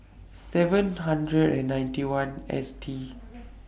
seven hundred and ninety one S T